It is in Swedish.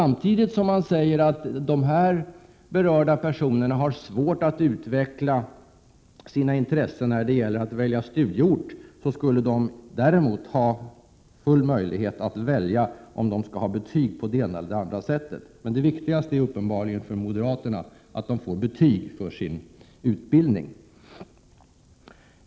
Moderaterna säger att de här berörda personerna har svårt att utveckla sina skäl när det gäller att välja studieort. Däremot skulle de ges full möjlighet att välja om de skall ha betyg på det ena eller andra sättet. Det viktigaste för moderaterna är uppenbarligen att eleverna får betyg i sin utbildning.